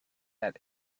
that